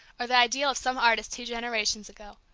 or the ideal of some artist two generations ago.